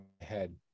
head